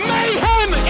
Mayhem